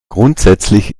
grundsätzlich